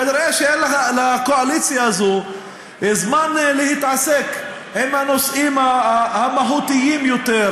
כנראה אין לקואליציה הזאת זמן להתעסק בנושאים המהותיים יותר,